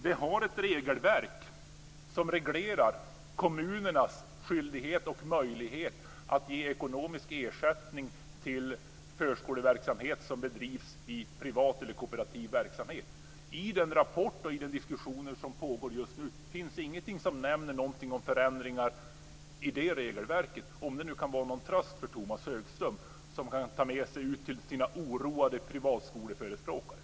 Vi har ett regelverk som reglerar kommunernas skyldigheter och möjligheter att ge ekonomisk ersättning till förskoleverksamhet som bedrivs i privat eller kooperativ verksamhet. I rapporten, och i den diskussion som pågår just nu, finns ingenting om förändringar i det regelverket, om det nu kan vara någon tröst för Tomas Högström och något som han kan ta med sig ut till sina oroade privatskoleförespråkare.